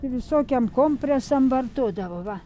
visokiem kompresam vartodavo va